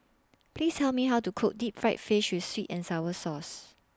Please Tell Me How to Cook Deep Fried Fish with Sweet and Sour Sauce